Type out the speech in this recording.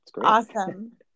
Awesome